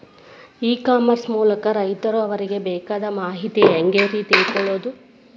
E commerce ಮೂಲಕ ರೈತರು ಅವರಿಗೆ ಬೇಕಾದ ಮಾಹಿತಿ ಹ್ಯಾಂಗ ರೇ ತಿಳ್ಕೊಳೋದು?